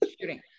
shooting